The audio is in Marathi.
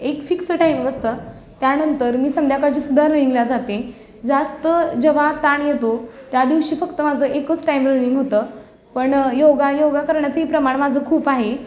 एक फिक्स टाईम असतं त्यानंतर मी संध्याकाळची सुद्धा रनिंगला जाते जास्त जेव्हा ताण येतो त्या दिवशी फक्त माझं एकच टाईम रनिंग होतं पण योगा योगा करण्याचं हे प्रमाण माझं खूप आहे